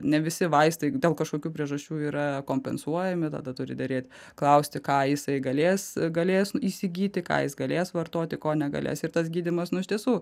ne visi vaistai dėl kažkokių priežasčių yra kompensuojami tada turi derėti klausti ką jisai galės galės įsigyti ką jis galės vartoti ko negalės ir tas gydymas nu iš tiesų